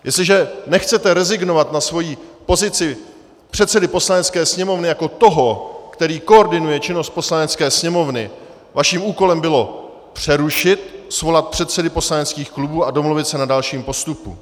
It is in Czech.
Jestliže nechcete rezignovat na svoji pozici předsedy Poslanecké sněmovny jako toho, který koordinuje činnost Poslanecké sněmovny, vaším úkolem bylo přerušit, svolat předsedy poslaneckých klubů a domluvit se na dalším postupu.